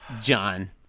John